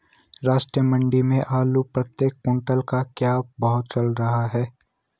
राष्ट्रीय मंडी में आलू प्रति कुन्तल का क्या भाव चल रहा है?